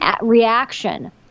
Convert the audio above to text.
reaction